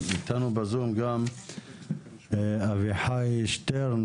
איתנו בזום גם אביחי שטרן,